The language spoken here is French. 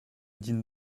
dîne